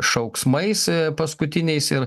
šauksmais paskutiniais